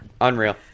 Unreal